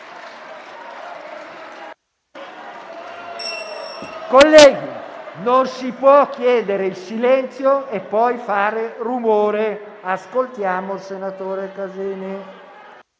Colleghi, non si può chiedere il silenzio e poi fare rumore. Ascoltiamo il senatore Casini.